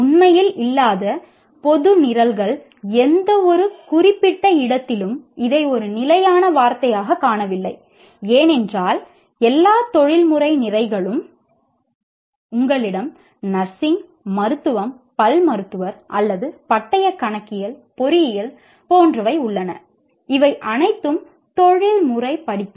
உண்மையில் பொது நிரல்கள் எந்தவொரு குறிப்பிட்ட இடத்திலும் இதை ஒரு நிலையான வார்த்தையாகக் காணவில்லை ஏனென்றால் எல்லா தொழில்முறை நிரல்களும் உங்களிடம் நர்சிங் மருத்துவம் பல் மருத்துவர் அல்லது பட்டய கணக்கியல் பொறியியல் போன்றவை உள்ளன இவை அனைத்தும் தொழில்முறை படிப்புகள்